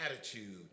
attitude